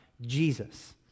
Jesus